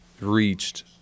reached